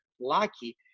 lucky